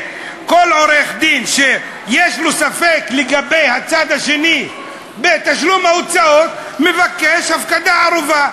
כל עורך-דין שיש לו ספק לגבי הצד השני בתשלום ההוצאות מבקש הפקדת ערובה.